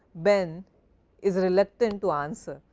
ben is reluctant to answer.